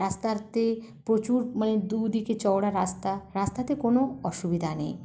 রাস্তাতে প্রচুর মানে দুইদিকে চওড়া রাস্তা রাস্তাতে কোনো অসুবিধা নেই